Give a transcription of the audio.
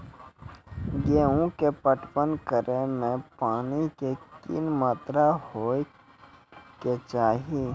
गेहूँ के पटवन करै मे पानी के कि मात्रा होय केचाही?